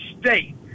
State